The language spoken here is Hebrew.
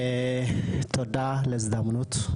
תודה על ההזדמנות,